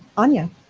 anya